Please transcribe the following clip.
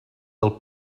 del